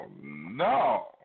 No